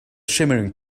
shimmering